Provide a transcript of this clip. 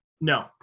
No